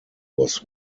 was